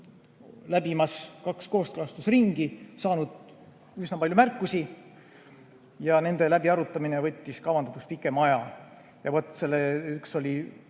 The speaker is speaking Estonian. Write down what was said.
läbinud kaks kooskõlastusringi, saanud üsna palju märkusi ja nende läbiarutamine võttis kavandatust pikema aja. Üks selline